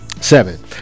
seven